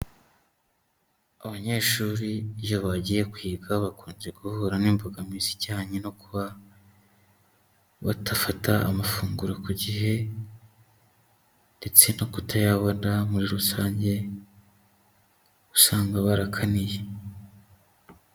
Abanyeshuri iyo bagiye kwiga bakunze guhura n'imbogamizi ijyanye no kuba badafata amafunguro ku gihe ndetse no kutayabona muri rusange, usanga barakaniye.